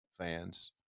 fans